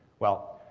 well,